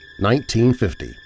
1950